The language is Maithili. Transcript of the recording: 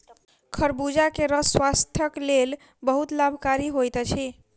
खरबूजा के रस स्वास्थक लेल बहुत लाभकारी होइत अछि